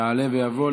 יעלה ויבוא.